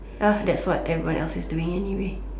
ya that's what everyone else is doing anyway